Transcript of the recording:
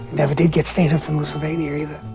never did get sent home from the sylvania